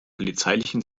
polizeilichen